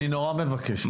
אני נורא מבקש,